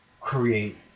create